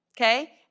okay